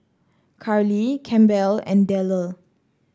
Karli Campbell and Dellar